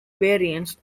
variants